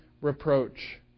reproach